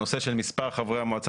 הנושא של מספר חברי המועצה